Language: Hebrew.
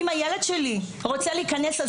הילד שלי רוצה להיכנס,